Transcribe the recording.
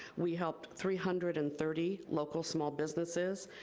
we helped three hundred and thirty local small businesses.